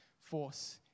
force